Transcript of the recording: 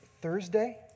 Thursday